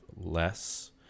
less